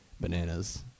bananas